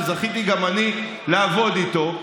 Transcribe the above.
שזכיתי גם אני לעבוד איתו.